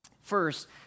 First